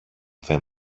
δεν